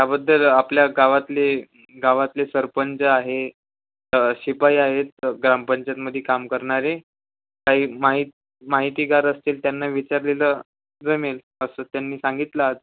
त्याबद्दल आपल्या गावातले गावातले सरपंच आहेत शिपाई आहेत ग्रामपंचायतमध्ये काम करणारे काही माहित माहितीगार असतील त्यांना विचारलेलं जमेल असं त्यांनी सांगितलं आज